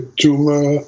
tumor